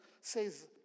says